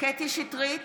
קטרין שטרית,